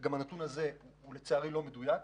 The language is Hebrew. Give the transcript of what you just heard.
לצערי גם הנתון הזה לא מדויק.